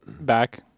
back